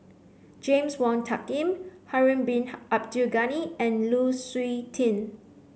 James Wong Tuck Yim Harun Bin Abdul Ghani and Lu Suitin